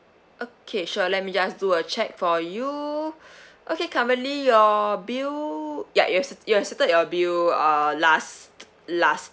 okay sure let me just do a check for you okay currently your bill ya you have you have settled your bill uh last last